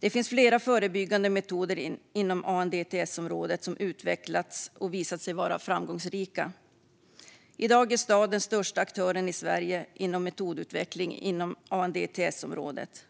Det finns även fler förebyggande metoder inom ANDTS-området som utvecklats och visat sig vara framgångsrika. I dag är STAD den största aktören i Sverige inom metodutveckling på ANDTS-området.